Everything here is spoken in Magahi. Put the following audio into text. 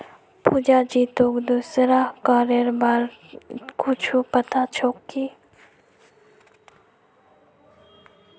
पुजा जी, तोक दूसरा करेर बार कुछु पता छोक की